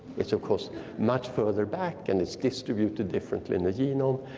it's of course much further back and it's distributed differently in the genome,